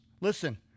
Listen